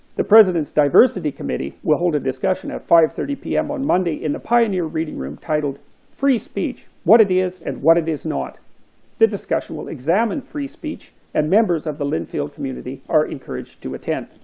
the president's diversity advisory committee will hold a discussion at five thirty pm on monday in the pioneer reading room titled free speech, what it is and what it is not the discussion will examine free speech and members of the linfield community are encouraged to attend.